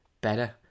better